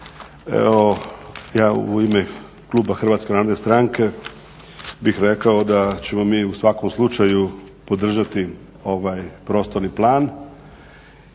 Ja u ime kluba HNS-a bih rekao da ćemo u svakom slučaju podržati ovaj prostorni plan